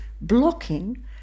blocking